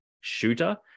shooter